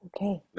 Okay